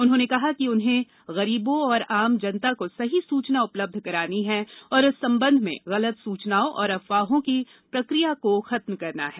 उन्होंने कहा कि उन्हें गरीबों और आम जनता को सही सूचना उपलब्ध करानी है और इस संबंध में गलत सूचनाओं और अफवाहों की प्रक्रिया को खत्म करना है